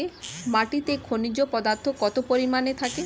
মাটিতে খনিজ পদার্থ কত পরিমাণে থাকে?